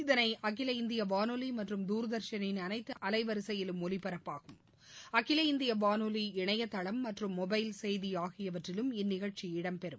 இதனை அகில இந்திய வானொலி மற்றும் தூர்தர்ஷனிள் அனைத்து அலைவரிசையிலும் ஒலிப்பரப்பாகும் அகில இந்திய வானொலி இணையதளம் மற்றம் மொபைல் செய்தி ஆகியவற்றிலும் இந்நிகழ்ச்சி இடம் பெறும்